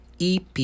EP